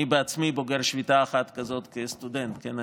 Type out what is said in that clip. אני בעצמי בוגר שביתה אחת כזאת כסטודנט, כן?